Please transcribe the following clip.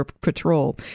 Patrol